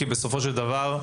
כי בסופו של דבר,